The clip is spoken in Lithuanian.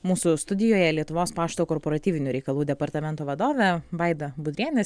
mūsų studijoje lietuvos pašto korporatyvinių reikalų departamento vadovė vaida budrienė